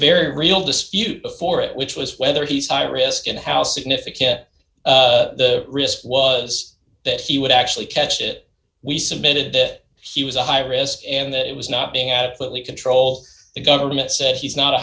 very real dispute before it which was whether he's high risk and how significant the risk was that he would actually catch it we submitted that he was a high risk and it was not being absolutely control the government said he's not a